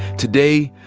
today,